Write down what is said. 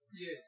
Yes